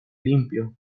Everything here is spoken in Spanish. limpio